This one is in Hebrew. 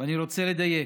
ואני רוצה לדייק,